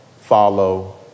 follow